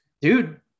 dude